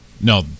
No